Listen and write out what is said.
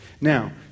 Now